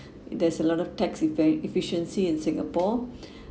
there's a lot of tax effic~ efficiency in singapore